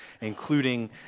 including